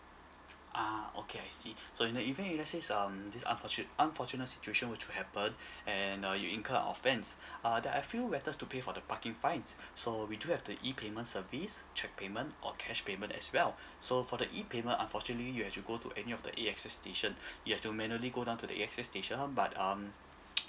ah okay I see so in the event if let says um this unfortu~ unfortunate situation were to happen and uh you incur a offence uh there are a few methods to pay for the parking fines so we do have the E payment service cheque payment or cash payment as well so for the E payment unfortunately you have to go to any of the A_X_S station you have to manually go down to the A_X_S station but um